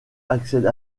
accède